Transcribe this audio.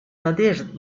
надежд